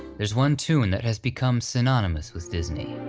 there's one tune that has become synonymous with disney,